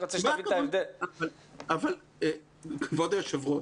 כבוד היושב-ראש,